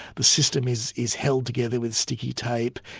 the system is is held together with sticky tape,